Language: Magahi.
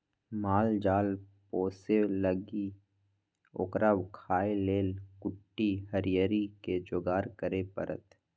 माल जाल पोशे लागी ओकरा खाय् लेल कुट्टी हरियरी कें जोगार करे परत